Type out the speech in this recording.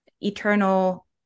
eternal